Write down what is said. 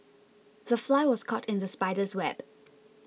the fly was caught in the spider's web